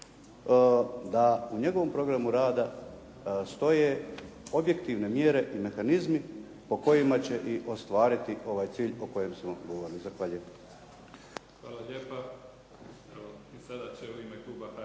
da u njegovom programu rada stoje objektivne mjere i mehanizme po kojima će i ostvariti ovaj cilj o kojem smo govorili. Zahvaljujem.